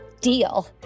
Deal